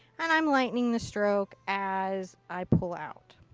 and i'm lightening the stroke as i pull out.